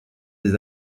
des